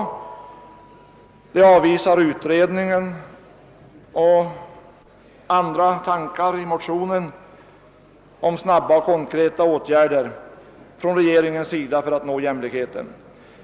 Utskottet avvisar förslaget om en utredning och andra tankar i motionen om >»snabba och konkreta åtgärder» från regeringens sida för att nå jämlikheten.